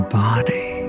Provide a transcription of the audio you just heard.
body